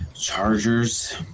Chargers